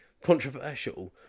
controversial